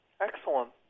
Excellent